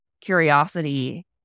curiosity